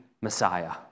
Messiah